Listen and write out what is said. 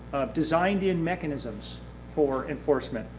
designed in mechanisms for enforcement.